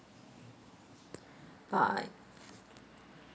bye